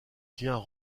tiens